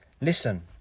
Listen